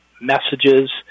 messages